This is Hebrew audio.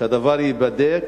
שהדבר הזה ייבדק